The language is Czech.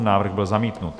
Návrh byl zamítnut.